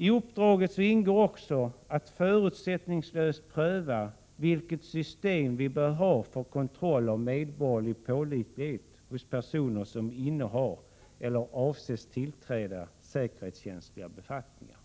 I uppdraget ingår också att förutsättningslöst pröva vilket system vi bör ha för kontroll av medborgerlig pålitlighet hos personer som innehar eller avses tillträda säkerhetskänsliga befattningar,